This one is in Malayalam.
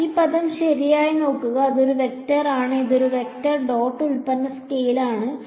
ഈ പദം ശരിയായി നോക്കുക ഇതൊരു വെക്റ്റർ ആണ് ഇത് വെക്റ്റർ ഡോട്ട് ഉൽപ്പന്ന സ്കെയിലർ ആണ്